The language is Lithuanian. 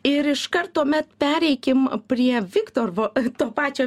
ir iškart tuomet pereikim prie viktor vo to pačio